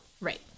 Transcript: Right